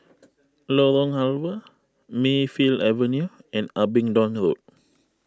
Lorong Halwa Mayfield Avenue and Abingdon Road